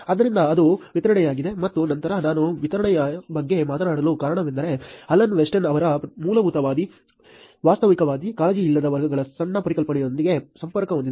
ಆದ್ದರಿಂದ ಅದು ವಿತರಣೆಯಾಗಿದೆ ಮತ್ತು ನಂತರ ನಾನು ವಿತರಣೆಯ ಬಗ್ಗೆ ಮಾತನಾಡಲು ಕಾರಣವೆಂದರೆ ಅಲನ್ ವೆಸ್ಟನ್ ಅವರ ಮೂಲಭೂತವಾದಿ ವಾಸ್ತವಿಕವಾದಿ ಕಾಳಜಿಯಿಲ್ಲದ ವರ್ಗಗಳ ಸಣ್ಣ ಪರಿಕಲ್ಪನೆಯೊಂದಿಗೆ ಸಂಪರ್ಕ ಹೊಂದಿದೆ